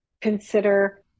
consider